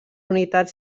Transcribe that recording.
unitats